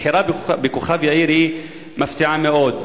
הבחירה בכוכב-יאיר היא מפתיעה מאוד.